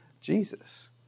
Jesus